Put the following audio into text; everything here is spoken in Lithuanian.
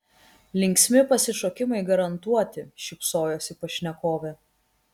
linksmi pasišokimai garantuoti šypsojosi pašnekovė